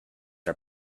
are